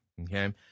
Okay